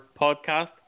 podcast